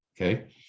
okay